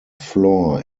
floor